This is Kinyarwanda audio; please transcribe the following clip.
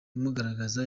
imugaragaza